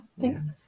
thanks